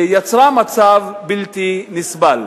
יצרו מצב בלתי נסבל.